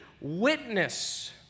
witness